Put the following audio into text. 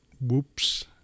whoops